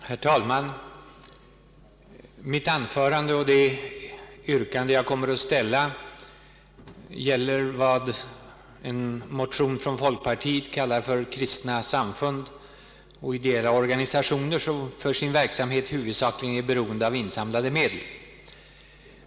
Herr talman! Mitt anförande och det yrkande jag kommer att ställa gäller vad som i en motion från folkpartiet kallas för kristna samfund och ideella organisationer som för sin verksamhet huvudsakligen är beroende av insamlade medel.